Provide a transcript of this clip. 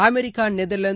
America Netherlands